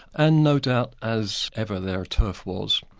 and no doubt as ever, there are turf wars.